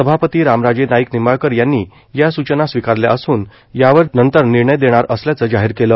सभापती रामराजे नाईक निंबाळकर यांनी या सुचना स्वीकारल्या असुन यावर नंतर निर्णय देणार असल्याचं जाहीर केलं